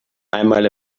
einmal